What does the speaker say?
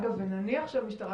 ומצד שני נאמר פה שזה עוד לא מאוחר.